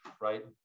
right